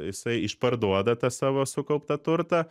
jisai išparduoda tą savo sukauptą turtą